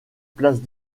place